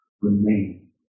remain